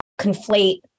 conflate